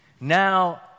Now